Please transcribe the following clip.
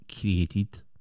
created